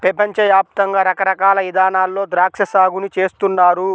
పెపంచ యాప్తంగా రకరకాల ఇదానాల్లో ద్రాక్షా సాగుని చేస్తున్నారు